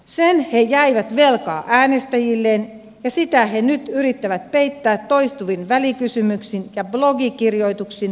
sen he jäivät velkaa äänestäjilleen ja sitä he nyt yrittävät peittää toistuvin välikysymyksin ja blogikirjoituksin